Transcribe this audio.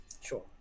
Sure